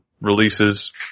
releases